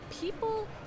people